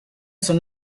són